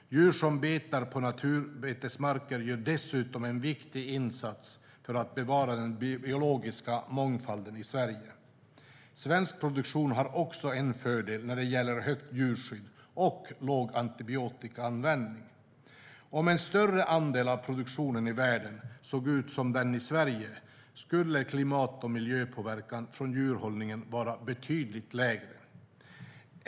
Djur som betar på naturbetesmarker gör dessutom en viktig insats för att bevara den biologiska mångfalden i Sverige. Svensk produktion har också en fördel när det gäller högt djurskydd och låg antibiotikaanvändning. Om en större andel av produktionen i världen såg ut som den i Sverige skulle klimat och miljöpåverkan från djurhållningen vara betydligt lägre.